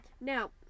Now